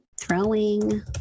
throwing